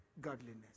godliness